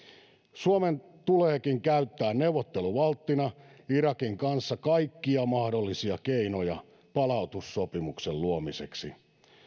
suomen tuleekin käyttää neuvotteluvalttina irakin kanssa kaikkia mahdollisia keinoja palautussopimuksen luomiseksi